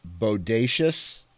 Bodacious